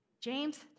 James